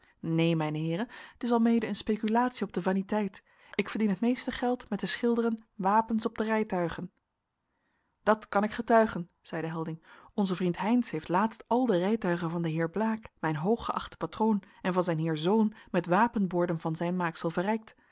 neen mijne heeren t is almede een speculatie op de vaniteit ik verdien het meeste geld met te schilderen wapens op de rijtuigen dat kan ik getuigen zeide helding onze vriend heynsz heeft laatst al de rijtuigen van den heer blaek mijn hooggeachten patroon en van zijn heer zoon met wapenborden van zijn maaksel verrijkt